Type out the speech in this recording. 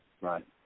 Right